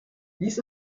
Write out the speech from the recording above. ließ